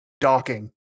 Docking